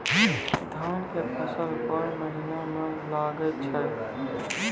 धान के फसल कोन महिना म लागे छै?